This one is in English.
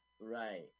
Right